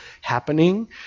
happening